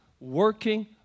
working